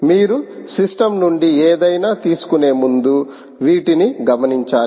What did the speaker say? మీరు సిస్టమ్ నుండి ఏదైనా తీసుకునే ముందు వీటిని గమనించాలి